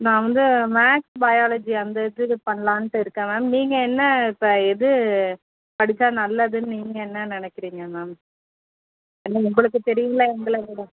நான் வந்து maths biology அந்த இது பண்ணலான்ட்டு இருக்கேன் மேம் நீங்கள் என்ன இப்போ எது படித்தா நல்லதுன்னு நீங்கள் என்ன நினைக்கிறீங்க மேம் ஏன்னா உங்களுக்கு தெரியும்ல எங்களை விட